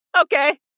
okay